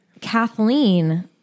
Kathleen